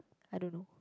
I don't know